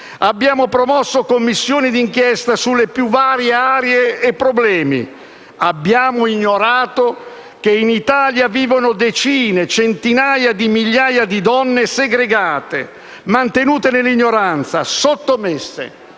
abbiamo promosso commissioni d'inchiesta sugli argomenti e sui problemi più vari ma abbiamo ignorato che in Italia vivono decine, centinaia di migliaia di donne segregate, mantenute nell'ignoranza, sottomesse.